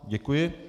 Děkuji.